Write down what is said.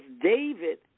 David